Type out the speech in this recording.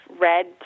red